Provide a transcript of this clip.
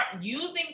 using